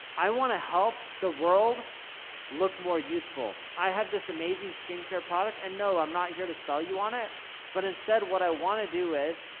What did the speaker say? i want to help the world look more youthful, i have this amazing skin care product and no, i'm not here to sell you on it but instead what i want to do is,